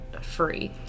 free